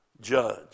judge